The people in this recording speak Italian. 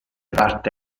parte